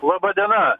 laba diena